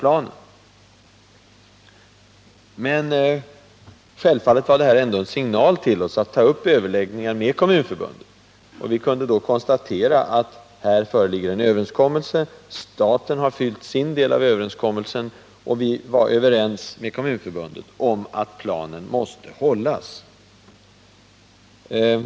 Men den alltför låga planeringen blev självfallet en signal för oss att ta upp överläggningar med kommunförbunden. Vi kunde då konstatera att här föreligger en överenskommelse; staten har uppfyllt sin del av den överenskommelsen, och Kommunförbundet var överens med regeringen om att planen måste hållas.